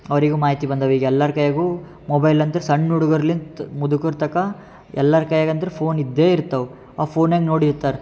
ಅವರಿಗೂ ಮಾಹಿತಿ ಬಂದವೆ ಈಗ ಎಲ್ಲರ ಕೈಯಾಗೂ ಮೊಬೈಲ್ ಅಂತೂ ಸಣ್ಣ ಹುಡುಗುರ್ಲಿಂತ್ ಮುದುಕರ್ ತನಕ ಎಲ್ಲರ ಕೈಯಾಗೆ ಅಂತೂ ಫೋನ್ ಇದ್ದೇ ಇರ್ತವೆ ಆ ಫೋನಂಗೆ ನೋಡಿರ್ತಾರೆ